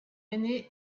ainée